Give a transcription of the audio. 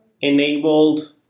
enabled